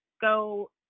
go